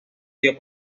dio